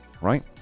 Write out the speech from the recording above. right